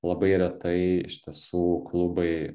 labai retai iš tiesų klubai